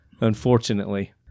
unfortunately